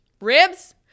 Ribs